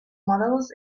models